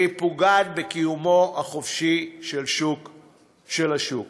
והיא פוגעת בקיומו החופשי של השוק.